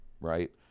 right